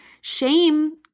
shame